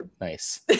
Nice